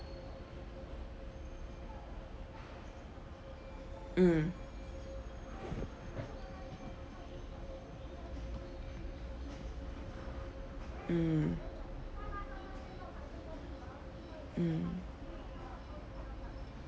mm mm mm